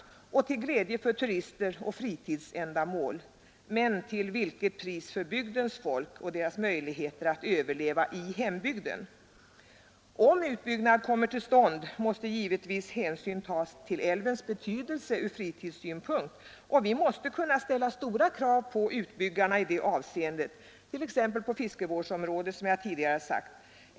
Det blir till glädje för turister och till nytta för fritidsändamål — men till vilket pris möjligheter att överleva i hembygden? Om utbyggnad kommer till stånd måste givetvis hänsyn tas till älvens betydelse ur fritidssynpunkt, och vi måste kunna ställa stora krav på utbyggarna i det avseendet t.ex. på fiskevårdsområdet, som jag tidigare har nämnt.